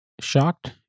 shocked